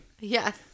Yes